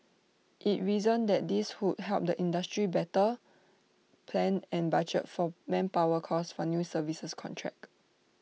IT reasoned that this would help the industry better plan and budget for manpower costs for new service contracts